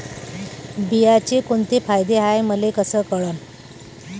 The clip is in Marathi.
बिम्याचे कुंते फायदे हाय मले कस कळन?